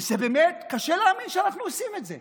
ובאמת קשה להאמין שאנחנו עושים את זה.